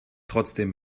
trotzdem